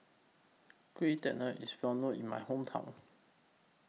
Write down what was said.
Kueh Talam IS Well known in My Hometown